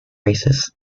races